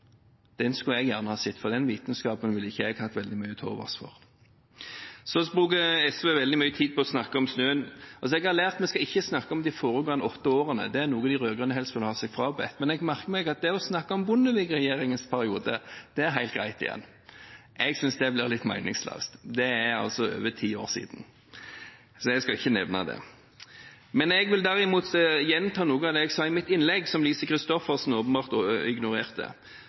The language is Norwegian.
Den skulle jeg gjerne ha sett, for den vitenskapen ville ikke jeg hatt veldig mye til overs for. SV bruker veldig mye tid på å snakke om snøen som falt i fjor: Jeg har lært at vi ikke skal snakke om de foregående åtte årene, det er noe de rød-grønne helst vil ha seg frabedt, men jeg merker meg at det å snakke om Bondevik-regjeringens periode, det er helt greit igjen. Jeg synes det blir litt meningsløst. Det er altså over ti år siden, så jeg skal ikke nevne det. Jeg vil derimot gjenta noe av det jeg sa i mitt innlegg, som Lise Christoffersen åpenbart ignorerte: